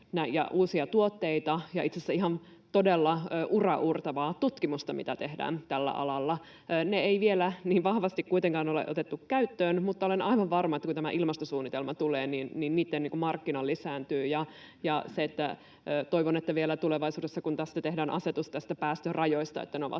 asiassa ihan todella uraauurtavaa tutkimusta, mitä tehdään tällä alalla. Niitä ei vielä niin vahvasti kuitenkaan ole otettu käyttöön, mutta olen aivan varma, että kun tämä ilmastosuunnitelma tulee, niitten markkina lisääntyy. Toivon, että vielä tulevaisuudessa, kun näistä päästörajoista tehdään